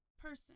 person